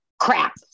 crap